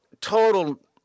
Total